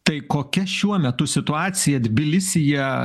tai kokia šiuo metu situacija tbilisyje